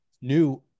new